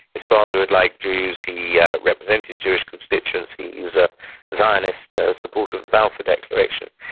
his father had liked jews, he yeah represented jewish constituency. he was a zionist, a supporter of the balfour declaration.